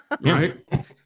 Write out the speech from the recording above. Right